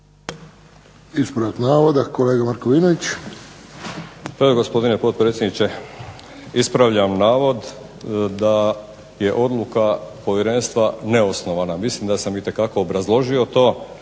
Ispravljam navod da je odluka povjerenstva neosnovana. Mislim da sam itekako obrazložio to,